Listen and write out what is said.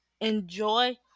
enjoy